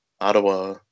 Ottawa